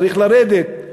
צריך לרדת?